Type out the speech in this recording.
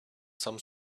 some